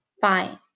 Fine